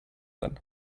then